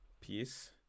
Peace